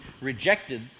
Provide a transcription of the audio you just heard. rejected